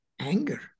anger